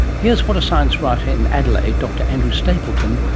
here's what a science writer in adelaide, dr andrew stapleton,